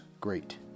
great